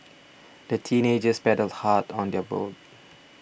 the teenagers paddled hard on their boat